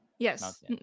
Yes